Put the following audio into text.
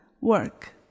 Work